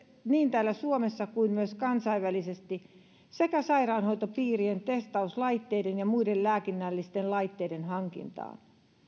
niin täällä suomessa kuin kansainvälisesti sekä sairaanhoitopiirien testauslaitteiden ja muiden lääkinnällisten laitteiden hankintaan